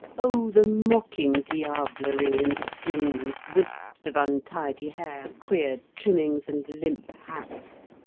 oh! the mocking diablery in strings, wisps of untidy hair, queer trimmings, and limp hats.